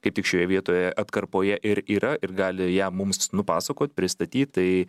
kaip tik šioje vietoje atkarpoje ir yra ir gali ją mums nupasakot pristatyt tai